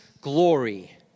Glory